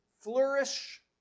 flourish